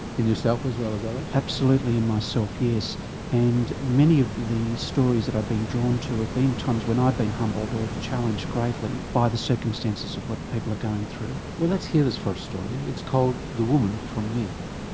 in yourself as well as others? absolutely in myself yes and many of the stories that i've been drawn to have been times when i've been humbled or challenged greatly by the circumstances of what people are going through. well let's hear this first story, it's called the woman from meath.